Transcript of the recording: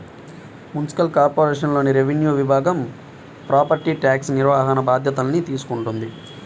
municipal కార్పొరేషన్లోని revenue విభాగం property tax నిర్వహణ బాధ్యతల్ని తీసుకుంటది